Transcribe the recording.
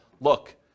look